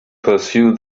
pursue